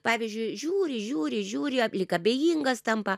pavyzdžiui žiūri žiūri žiūri lyg abejingas tampa